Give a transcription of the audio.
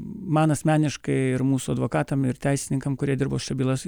man asmeniškai ir mūsų advokatam ir teisininkam kurie dirbo su šia byla